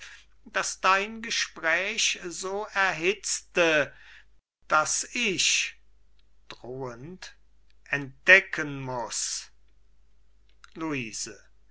malt das dein gespräch so erhitzte das ich drohend entdecken muß luise